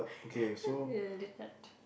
litted